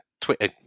Twitter